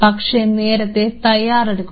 പക്ഷേ നേരത്തെ തയ്യാറെടുക്കുക